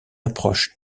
approche